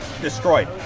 destroyed